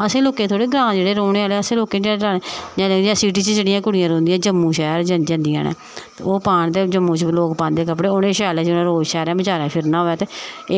असें लोकें गी थोड़े ग्रां दे जेह्ड़े रौह्ने आह्ले असें लोकें लाने जियां सिटी च जेह्ड़ियां कुड़ियां रौंह्दियां जम्मू शैह्र जंदियां न ते ओह् पान ते जम्मू च लोक पांदे कपड़े जिनें रोज शैह्रैं बजारें फिरना होऐ ते